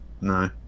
No